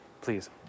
Please